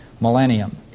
millennium